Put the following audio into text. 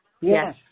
Yes